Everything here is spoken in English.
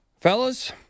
Fellas